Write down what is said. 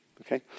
Okay